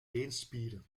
beenspieren